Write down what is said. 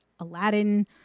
Aladdin